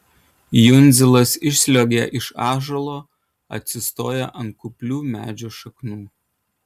jundzilas išsliuogia iš ąžuolo atsistoja ant kuplių medžio šaknų